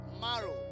marrow